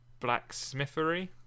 blacksmithery